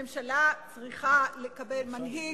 ממשלה צריכה לקבל מנהיג,